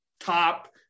top